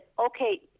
Okay